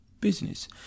business